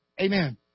Amen